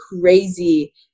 crazy